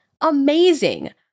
Amazing